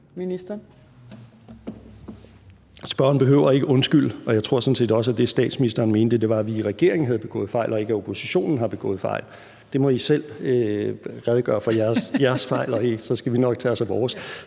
Spørgeren behøver ikke at undskylde, og jeg tror sådan set også, at det, statsministeren mente, var, at vi i regeringen havde begået fejl, og ikke at oppositionen har begået fejl. I må selv redegøre for jeres fejl, så skal vi nok tage os af vores.